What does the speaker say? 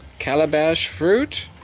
calabash fruit,